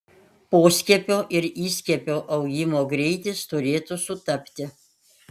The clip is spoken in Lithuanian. poskiepio ir įskiepio augimo greitis turėtų sutapti